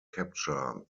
capture